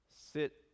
Sit